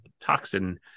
toxin